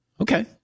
Okay